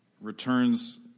returns